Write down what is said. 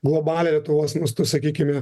globalią lietuvos mastu sakykime